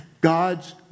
God's